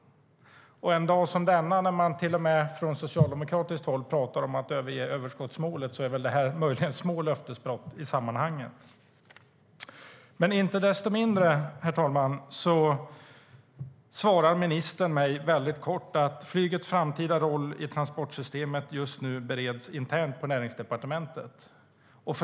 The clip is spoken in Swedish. En dag som denna när Socialdemokraterna till och med pratar om att överge överskottsmålet är det möjligen små löftesbrott i sammanhanget. Icke desto mindre svarar ministern mig kort att flygets framtida roll i transportsystemet just nu bereds internt på Näringsdepartementet.